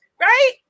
Right